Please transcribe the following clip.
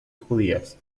judías